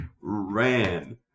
ran